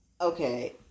Okay